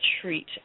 treat